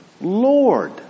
Lord